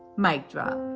mic drop,